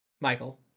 Michael